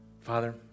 Father